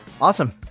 Awesome